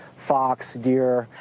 fox, deer.